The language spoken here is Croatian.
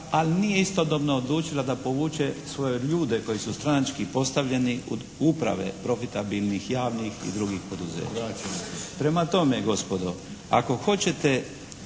ali nije istodobno odlučila da povuče svoje ljudi koji su stranački postavljeni od uprave profitabilnih javnih i drugih poduzeća. Prema tome gospodo ako hoćete